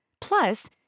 Plus